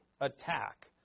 attack